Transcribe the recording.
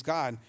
God